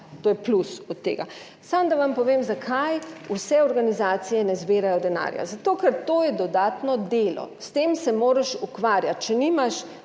To je plus od tega. Samo da vam povem zakaj vse organizacije ne zbirajo denarja. Zato, ker to je dodatno delo. S tem se moraš ukvarjati, če nimaš